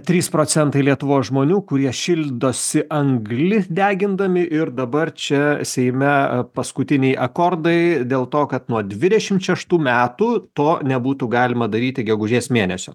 trys procentai lietuvos žmonių kurie šildosi anglį degindami ir dabar čia seime paskutiniai akordai dėl to kad nuo dvidešimt šeštų metų to nebūtų galima daryti gegužės mėnesio